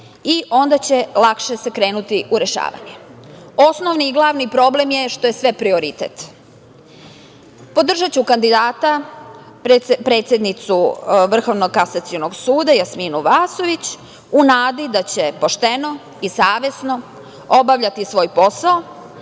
i onda će lakše se krenuti u rešavanje. Osnovni i glavni problem je što je sve prioritet. Podržaću kandidata predsednicu Vrhovnog kasacionog suda, Jasminu Vasović u nadi da će pošteno i savesno obavljati svoj posao,